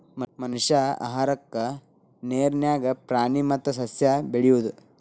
ಮನಷ್ಯಾ ಆಹಾರಕ್ಕಾ ನೇರ ನ್ಯಾಗ ಪ್ರಾಣಿ ಮತ್ತ ಸಸ್ಯಾ ಬೆಳಿಯುದು